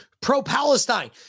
pro-Palestine